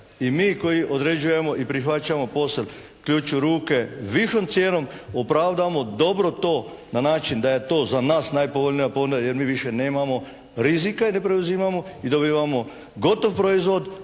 i mi koji određujemo i prihvaćamo posao, ključ u ruke, višom cijenom opravdamo dobro to na način da je to za nas najpovoljnija ponuda jer mi više nemamo rizika jer preuzimamo i dobivamo gotov proizvod